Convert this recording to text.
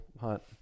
hunt